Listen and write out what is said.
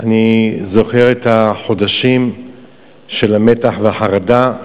אני זוכר את החודשים של המתח והחרדה,